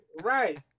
Right